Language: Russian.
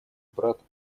брат